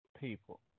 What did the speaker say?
people